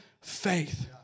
faith